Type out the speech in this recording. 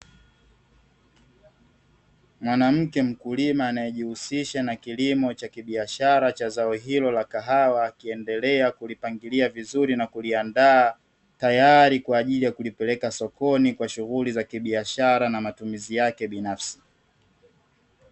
Mwanamke mkulima anayejihusisha na kilimo cha kibiashara cha zao hilo la kahawa, akiendelea kulipangilia vizuri na kuliandaa, tayari kwa ajili ya kulipeleka sokoni kwa shughuli za kibiashara na matumizi yake binafsi.